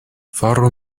faru